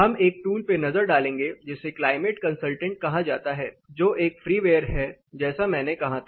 हम एक टूल पर नज़र डालेंगे जिसे क्लाइमेट कंसलटेंट कहा जाता है जो एक फ्रीवेयर है जैसा मैंने कहा था